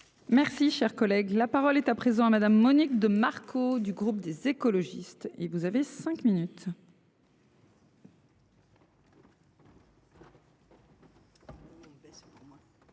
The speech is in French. Merci, cher collègue, la parole est à présent à madame Monique de Marco du groupe des écologistes et vous avez 5 minutes.